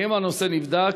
1. האם הנושא נבדק?